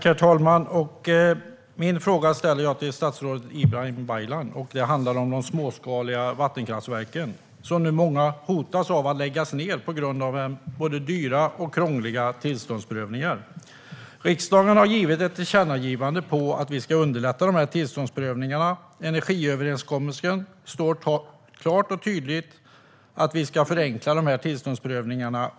Herr talman! Jag ställer min fråga till statsrådet Ibrahim Baylan. Den handlar om de småskaliga vattenkraftverken. Många av dem hotas nu av nedläggning på grund av både dyra och krångliga tillståndsprövningar. Riksdagen har gjort ett tillkännagivande om att vi ska underlätta tillståndsprövningarna. I energiöverenskommelsen står klart och tydligt att vi ska förenkla dem.